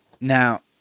Now